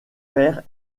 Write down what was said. père